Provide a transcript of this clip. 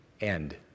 end